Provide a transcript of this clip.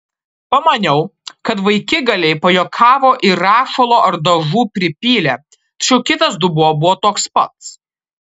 pamaniau kad vaikigaliai pajuokavo ir rašalo ar dažų pripylė tačiau kitas dubuo buvo toks pats